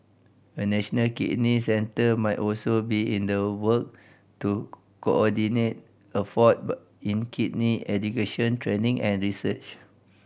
a national kidney centre might also be in the work to coordinate effort in kidney education training and research